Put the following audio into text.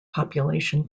population